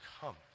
come